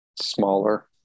smaller